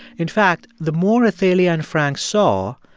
in fact, the more athalia and frank saw,